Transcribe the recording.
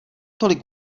tolik